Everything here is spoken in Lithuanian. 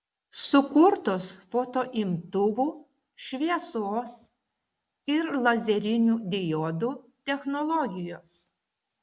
sukurtos fotoimtuvų šviesos ir lazerinių diodų technologijos